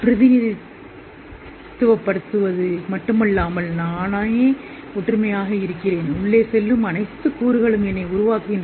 பிரதிநிதித்துவப்படுத்துவது மட்டுமல்லாமல் நானே ஒற்றுமையாக உணர்கிறேன் உள்ளே செல்லும் அனைத்து கூறுகளும் என்னை உருவாக்குகின்றன